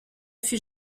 fut